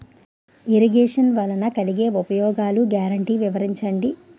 Irrigation వలన కలిగే ఉపయోగాలు గ్యారంటీ వివరించండి?